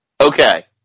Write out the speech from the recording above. Okay